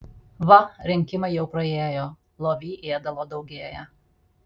va rinkimai jau praėjo lovy ėdalo daugėja